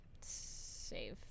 Save